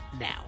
now